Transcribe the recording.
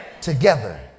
together